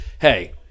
hey